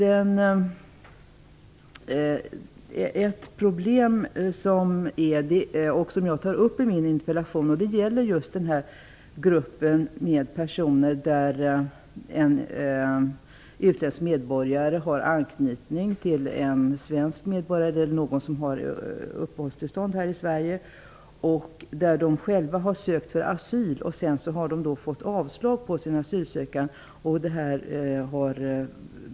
Ett problem som jag tar upp i min interpellation gäller just den grupp personer där en utländsk medborgare har anknytning till en svensk medborgare eller någon som har uppehållstillstånd här i Sverige. De har själva sökt asyl och sedan fått avslag på sin asylansökan.